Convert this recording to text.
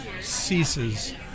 ceases